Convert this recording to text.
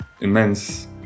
immense